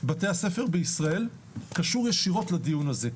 בתי-הספר בישראל קשור ישירות לדיון הזה,